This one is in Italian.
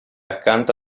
accanto